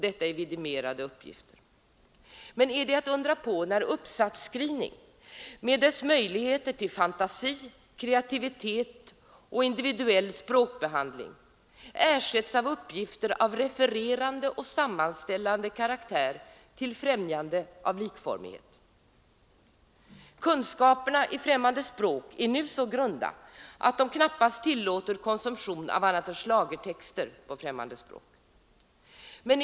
Är det att undra på när uppsatsskrivning med dess möjligheter till fantasi, kreativitet och personlig språkbehandling ersätts av uppgifter av refererande och sammanställande karaktär till främjande av likformighet? Kunskaperna i främmande språk är nu så grunda att de icke tillåter konsumtion av annat än schlagertexter på främmande språk.